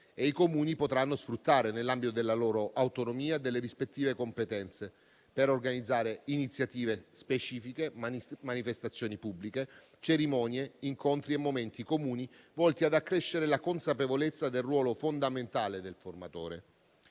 e i Comuni potranno sfruttare, nell'ambito della loro autonomia e delle rispettive competenze, per organizzare iniziative specifiche, manifestazioni pubbliche, cerimonie, incontri e momenti comuni volti ad accrescere la consapevolezza del ruolo fondamentale del formatore.